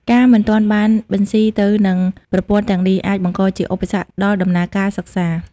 ការមិនទាន់បានបន្ស៊ីទៅនឹងប្រព័ន្ធទាំងនេះ អាចបង្កជាឧបសគ្គដល់ដំណើរការសិក្សា។